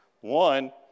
One